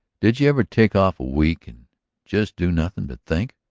did you ever take off a week and just do nothing but think?